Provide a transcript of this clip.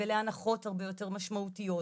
להנחות הרבה יותר משמעותיות,